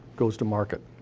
goes to market.